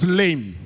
lame